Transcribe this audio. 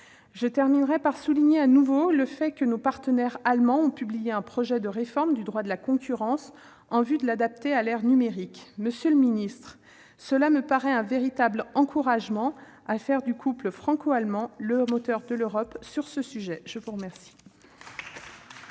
je veux souligner de nouveau le fait que nos partenaires allemands ont publié un projet de réforme du droit de la concurrence en vue de l'adapter à l'ère numérique. Monsieur le secrétaire d'État, cela me paraît un véritable encouragement à faire du couple franco-allemand le moteur de l'Europe sur ce sujet ! La parole